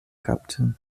captain